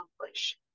accomplish